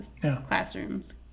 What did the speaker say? classrooms